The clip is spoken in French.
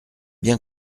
bien